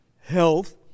health